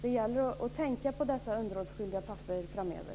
Det gäller att tänka på dessa underhållsskyldiga pappor framöver.